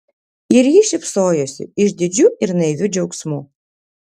ir ji šypsojosi išdidžiu ir naiviu džiaugsmu